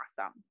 awesome